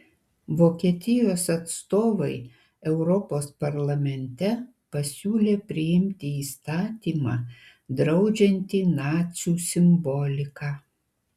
vokietijos atstovai europos parlamente pasiūlė priimti įstatymą draudžiantį nacių simboliką